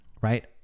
right